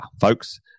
folks